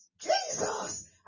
jesus